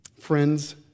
Friends